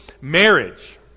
marriage